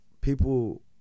people